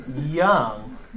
young